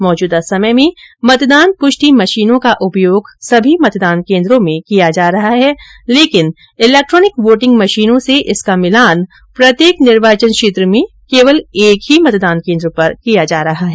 मौजूदा समय में मतदान पुष्टि मशीनों का उपयोग सभी मतदान केंद्रों में किया जा रहा है लेकिन इलेक्ट्रॉनिक वोटिंग मशीनों से इसका मिलान प्रत्येक निर्वाचन क्षेत्र में केवल एक ही मतदान केंद्र पर किया जा रहा है